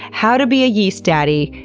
how to be a yeast daddy,